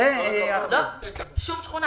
שום שכונה